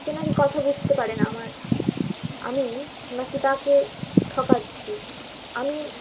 সে নাকি কথা বুঝতে পারে না আমার আমি নাকি তাকে ঠকাচ্ছি আমি